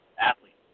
athletes